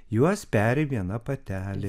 juos peri viena patelė